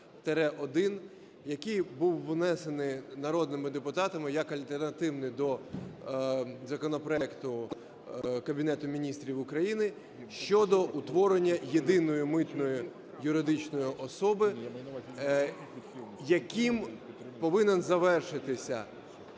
який був внесений народними депутатами як альтернативний до законопроекту Кабінету Міністрів України щодо утворення єдиної митної юридичної особи, яким повинно завершитися